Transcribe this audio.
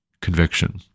conviction